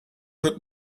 wird